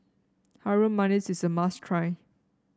Harum Manis is a must try